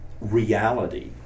reality